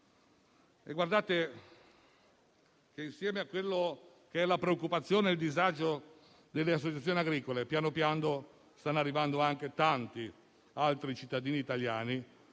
guardate che insieme alla preoccupazione e al disagio delle associazioni agricole, pian piano sta arrivando anche quello di tanti altri cittadini italiani,